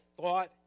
thought